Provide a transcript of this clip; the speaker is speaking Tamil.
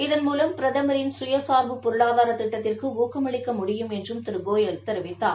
இதன்மூலம் பிரதமரின் கயசார்பு பொருளாதார திட்டத்திற்கு ஊக்கமளிக்க முடியும் என்றும் திரு கோயல் தெரிவித்தார்